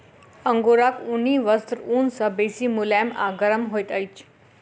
अंगोराक ऊनी वस्त्र ऊन सॅ बेसी मुलैम आ गरम होइत अछि